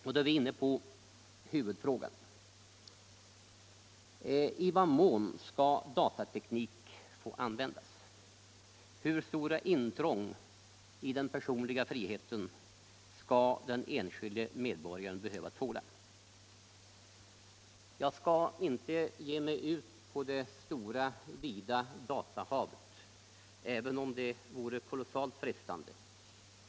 Därmed är vi inne på huvudfrågan: I vad mån skall datateknik få användas? Hur stort intrång i den personliga friheten skall den enskilda medborgaren behöva tåla? Jag skall inte ge mig ut på det stora vida datahavet, även om det vore kolossalt frestande.